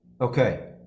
okay